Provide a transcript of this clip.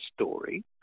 story